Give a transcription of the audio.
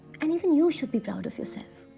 and even you should be proud of yourself.